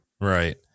Right